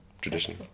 tradition